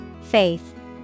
Faith